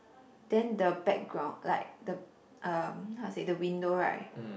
then the background like the uh how to say the window right